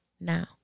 now